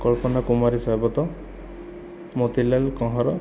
କଳ୍ପନା କୁମାରୀ ସାବତ ମୋତିଲାଲ କହଁର